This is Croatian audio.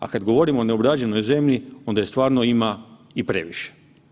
A kad govorimo o neobrađenoj zemlji onda je stvarno ima i previše.